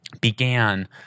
began